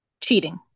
cheating